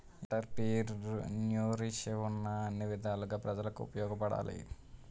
ఎంటర్ప్రిన్యూర్షిప్ను అన్ని విధాలుగా ప్రజలకు ఉపయోగపడాలి